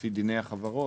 לפי דיני החברות.